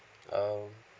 um